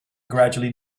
gradually